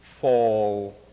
fall